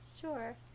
Sure